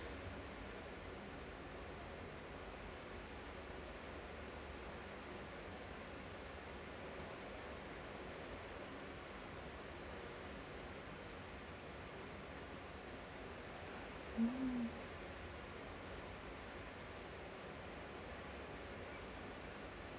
mm